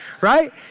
right